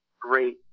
great